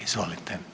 Izvolite.